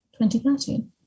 2013